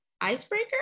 Icebreaker